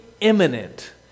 imminent